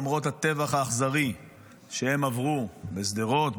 למרות הטבח האכזרי שהם עברו בשדרות,